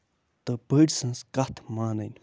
تہٕ بٔڑۍ سٕنز کَتھ مانٕنۍ